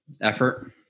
Effort